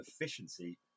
efficiency